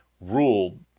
ruled